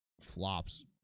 flops